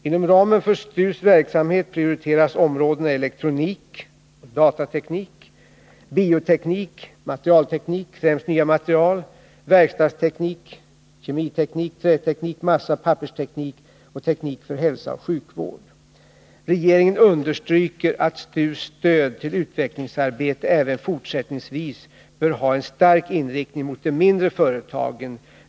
Inom ramen för STU:s verksamhet prioriteras områdena elektronik och datateknik, bioteknik, materialteknik — främst nya material — verkstadsteknik, kemiteknik, träteknik, massaoch pappersteknik och teknik för hälsa och sjukvård. Regeringen understryker att STU:s stöd till utvecklingsarbete även fortsättningsvis bör ha en stark inriktning på de mindre företagen.